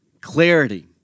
clarity